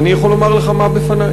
אני יכול לומר לך מה בפני.